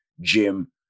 Jim